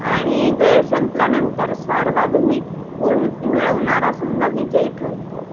आणि वेळ संपल्यानंतर सर्वाधनिक गुण मिळवणारा संघ विजयी ठरतो